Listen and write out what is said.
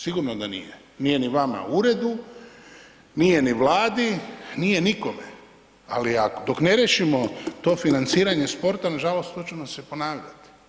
Sigurno da nije, nije ni vama u uredu, nije ni Vladi, nije nikome, ali dok ne riješimo to financiranje sporta, nažalost, to će nam se ponavljati.